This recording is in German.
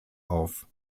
auf